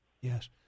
yes